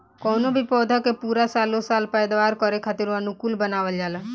कवनो भी पौधा के पूरा सालो साल पैदावार करे खातीर अनुकूल बनावल जाला